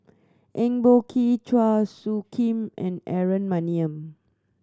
Eng Boh Kee Chua Soo Khim and Aaron Maniam